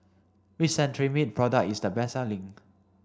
which Cetrimide product is the best selling